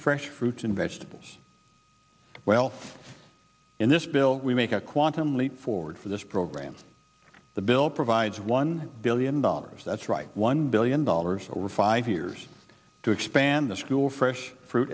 fresh fruits and vegetables well in this bill we make a quantum leap forward for this program the bill provides one billion dollars that's right one billion dollars over five years to expand the school fresh fruit